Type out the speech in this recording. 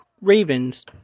ravens